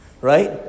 right